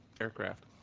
aircraft